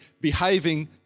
behaving